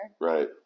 right